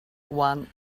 one